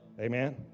Amen